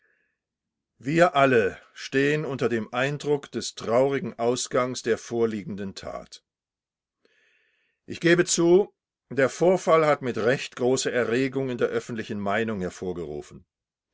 wir alle stehen unter dem eindruck des traurigen ausgangs der vorliegenden tat ich gebe zu der vorfall hat mit recht große erregung in der öffentlichen meinung hervorgerufen